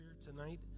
tonight